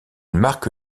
marque